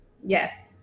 Yes